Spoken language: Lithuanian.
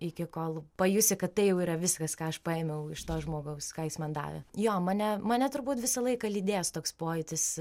iki kol pajusi kad tai jau yra viskas ką aš paėmiau iš to žmogaus ką jis man davė jo mane mane turbūt visą laiką lydės toks pojūtis